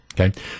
Okay